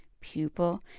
pupil